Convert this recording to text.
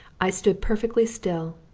i stood perfectly still,